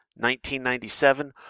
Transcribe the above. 1997